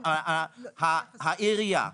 העירייה,